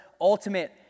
ultimate